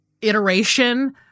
iteration